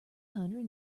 hundred